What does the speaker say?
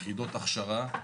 יחידות הכשרה,